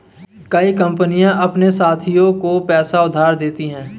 कई कंपनियां अपने साथियों को पैसा उधार देती हैं